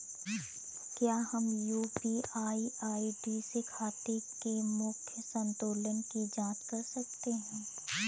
क्या हम UPI ID से खाते के मूख्य संतुलन की जाँच कर सकते हैं?